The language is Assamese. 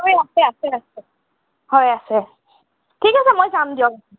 অ আছে আছে আছে হয় আছে ঠিক আছে মই যাম দিয়ক